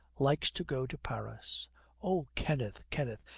likes to go to paris oh, kenneth, kenneth,